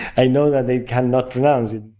and you know they they cannot pronounce it